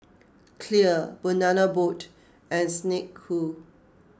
Clear Banana Boat and Snek Ku